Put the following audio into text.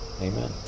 Amen